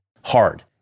hard